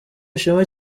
ishema